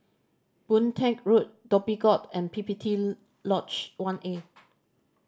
Boon Teck Road Dhoby Ghaut and P P T Lodge One A